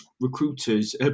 recruiters